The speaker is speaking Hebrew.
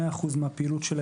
מאה אחוז מהפעילות שלה,